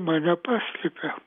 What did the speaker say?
mane paslėpė